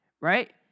right